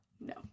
No